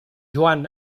joan